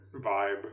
vibe